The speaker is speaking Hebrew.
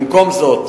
במקום זה,